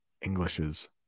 Englishes